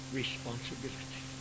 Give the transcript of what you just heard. responsibility